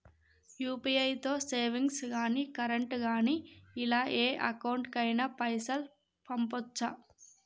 UPI తో savings గాని current గాని ఇలా ఏ అకౌంట్ కైనా పైసల్ పంపొచ్చా?